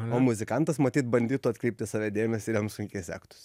o muzikantas matyt bandytų atkreipt į save dėmesįir jam sunkiai sektųsi